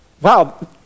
wow